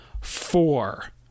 four